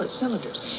cylinders